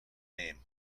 name